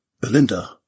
Belinda